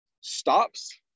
stops